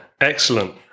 Excellent